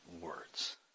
words